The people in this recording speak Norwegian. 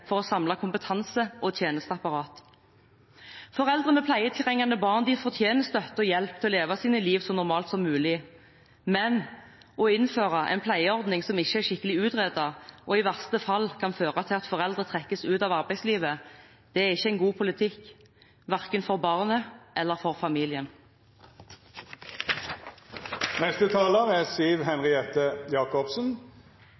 for å samle kompetanse og tjenesteapparat. Foreldre med pleietrengende barn fortjener støtte og hjelp til å leve sine liv så normalt som mulig. Men å innføre en pleieordning som ikke er skikkelig utredet og i verste fall kan føre til at foreldre trekkes ut av arbeidslivet, er ikke god politikk – verken for barnet eller for familien. Dette er